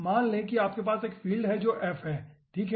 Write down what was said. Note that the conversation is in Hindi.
मान लें कि आपके पास एक फ़ील्ड है जो f है ठीक है